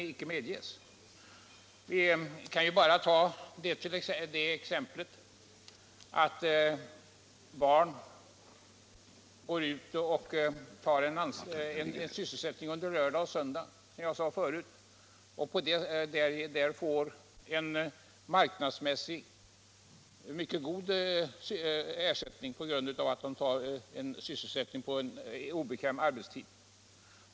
Vi kan ju ta det exempel som jag tog förut, att barn har en sysselsättning under lördag och söndag och där får en marknadsmässig ersättning som är mycket god genom att de arbetar på obekväm arbetstid.